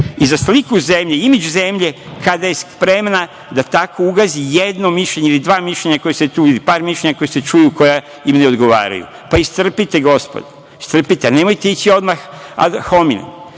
sliku zemlje, imidž zemlje kada je spremna da tako ugazi jedno mišljenje ili dva mišljenja, par mišljenja koja se čuju koja im ne odgovaraju. Pa, istrpite gospodo, istrpite. Nemojte ići odmah ad hominem.